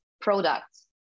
products